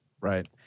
Right